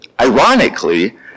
Ironically